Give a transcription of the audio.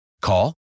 Call